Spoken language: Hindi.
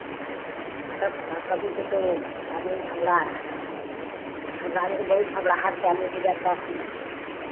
तब का कभी का तो आदमी घबड़ा रहा है घबड़ाने से बहुत घबड़ाहट चालू हो जाता है